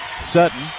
Sutton